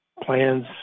plans